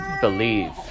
believe